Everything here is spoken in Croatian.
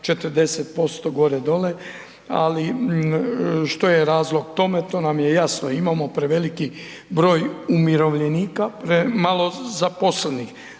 40% gore-dole ali što je razlog tome, to nam je jasno, imamo prevelik broj umirovljenika, malo zaposlenih.